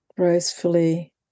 Gracefully